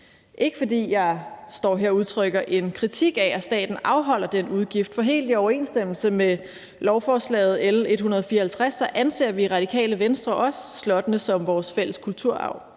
ikke, fordi jeg står her og udtrykker en kritik af, at staten afholder den udgift, for helt i overensstemmelse med lovforslag nr. L 154 anser vi i Radikale Venstre også slottene som vores fælles kulturarv,